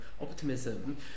optimism